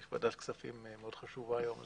יש ועדת כספים חשובה מאוד היום,